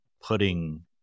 putting